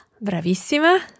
Bravissima